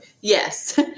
Yes